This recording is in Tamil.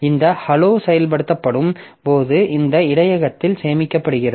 இந்த hello செயல்படுத்தப்படும் போது இந்த இடையகத்தில் சேமிக்கப்படுகிறது